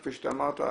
כפי שאמרת.